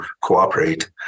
cooperate